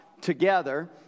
together